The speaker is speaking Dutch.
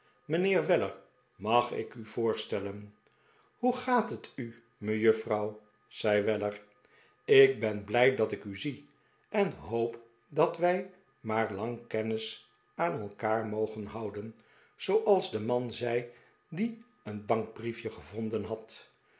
mijnheer weller mag ik u voorstellen hoe gaat het u mejuffrouw zei weller ik ben blij dat ik u zie en hoop dat wij maar lang kennis aan elkaar mogen houden zooals de man zei die een bankbrief je gevonden had